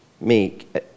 make